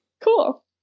Cool